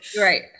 Right